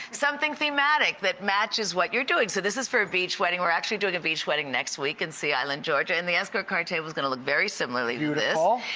something thematic that matches what you're doing. so this is for a beach wedding. we're actually doing a beach wedding next week in sea island, georgia. and the escort card table is gonna look very similarly to this.